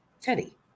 Teddy